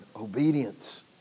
Obedience